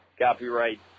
copyright